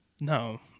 No